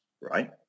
right